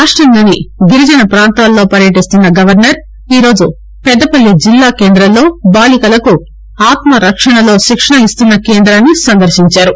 రాష్టంలోని గిరిజన పాంతాలలో పర్యటిస్తున్న గవర్నర్ ఈ రోజు పెద్దపల్లి జిల్లా కేందంలో బాలికలకు ఆత్మరక్షణలో శిక్షణ ఇస్తున్న కేందాన్ని సందర్భించారు